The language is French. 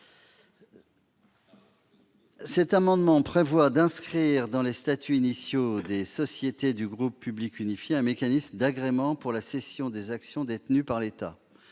de l'amendement n° 78 veulent inscrire dans les statuts initiaux des sociétés du groupe public unifié un mécanisme d'agrément pour la cession des actions détenues par l'État.